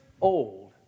old